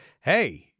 hey